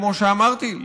כמו שאמרתי,